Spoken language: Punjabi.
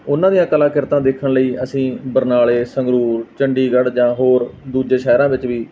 ਉਹਨਾਂ ਦੀਆਂ ਕਲਾਕ੍ਰਿਤੀਆਂ ਦੇਖਣ ਲਈ ਅਸੀਂ ਬਰਨਾਲੇ ਸੰਗਰੂਰ ਚੰਡੀਗੜ੍ਹ ਜਾਂ ਹੋਰ ਦੂਜੇ ਸ਼ਹਿਰਾਂ ਵਿੱਚ ਵੀ